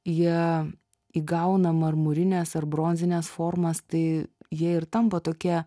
jie įgauna marmurines ar bronzines formas tai jie ir tampa tokie